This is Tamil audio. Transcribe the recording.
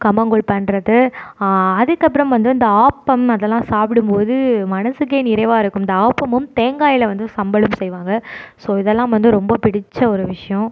கம்மங்கூழ் பண்றது அதுக்கு அப்புறம் வந்து இந்த ஆப்பம் அதலாம் சாப்பிடும்போது மனதுக்கே நிறைவாக இருக்கும் இந்த ஆப்பமும் தேங்காயில் வந்து சம்பலும் செய்வாங்க ஸோ இதெல்லாம் வந்து ரொம்ப பிடிச்ச ஒரு விஷ்யம்